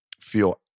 feel